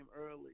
early